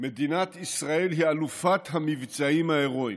מדינת ישראל היא אלופת המבצעים ההירואיים,